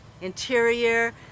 Interior